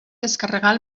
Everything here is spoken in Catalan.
descarregar